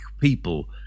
people